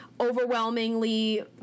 overwhelmingly